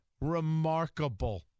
remarkable